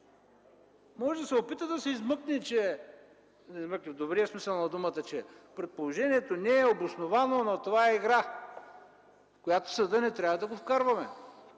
Може да се опита да се измъкне в добрия смисъл на думата, че предположението не е обосновано, но това е игра, в която не трябва да вкарваме